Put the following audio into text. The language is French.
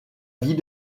vie